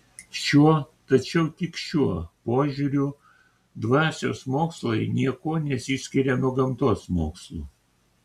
šiuo tačiau tik šiuo požiūriu dvasios mokslai niekuo nesiskiria nuo gamtos mokslų